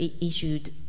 issued